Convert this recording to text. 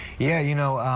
yeah, you know